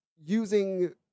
using